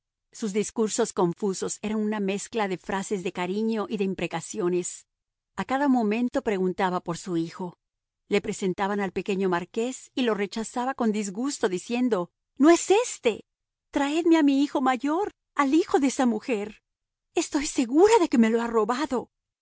sus discursos confusos eran una mezcla de frases de cariño y de imprecaciones a cada momento preguntaba por su hijo le presentaban al pequeño marqués y lo rechazaba con disgusto diciendo no es éste traedme a mi hijo mayor al hijo de esa mujer estoy segura de que me lo ha robado